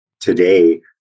today